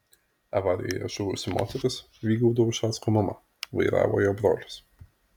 avarijoje žuvusi moteris vygaudo ušacko mama vairavo jo brolis